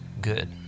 good